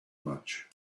much